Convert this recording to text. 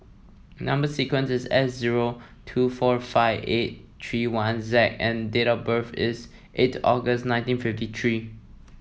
number sequence is S zero two four five eight three one Z and date of birth is eight August nineteen fifty three